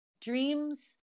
dreams